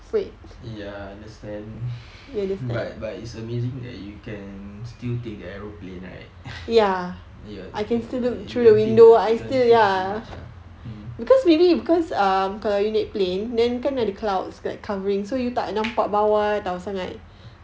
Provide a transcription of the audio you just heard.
ya understand but but it's amazing that you can still take the aeroplane right you don't think too much lah mm